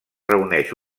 reuneix